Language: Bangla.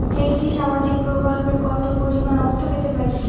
একটি সামাজিক প্রকল্পে কতো পরিমাণ অর্থ পেতে পারি?